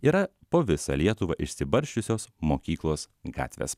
yra po visą lietuvą išsibarsčiusios mokyklos gatvės